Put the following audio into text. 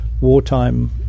wartime